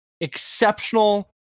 exceptional